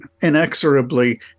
inexorably